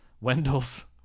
Wendell's